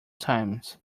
times